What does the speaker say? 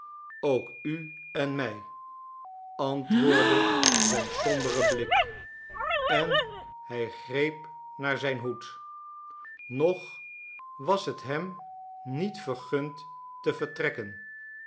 ook u en mij antwoordde zijn sombere blik en hij greep naar zijn hoed nog was het hem niet vergund te vertrekken